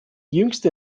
jüngste